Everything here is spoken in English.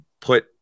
put